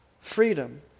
freedom